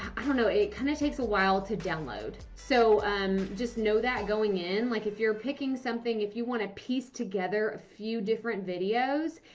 i don't know, it kind of takes a while to download. so um just know that going in, like if you're picking something. if you want to piece together a few different videos,